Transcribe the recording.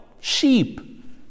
sheep